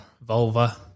Vulva